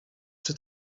czy